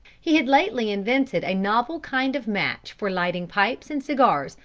he had lately invented a novel kind of match for lighting pipes and cigars,